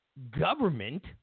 Government